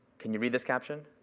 can you read this caption?